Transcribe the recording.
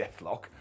deathlock